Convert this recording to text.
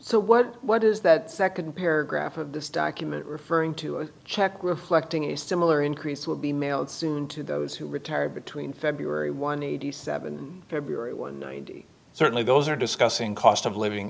so what what is that second paragraph of this document referring to a check reflecting a similar increase will be mailed to those who retire between february one eighty seven february one certainly those are discussing cost of living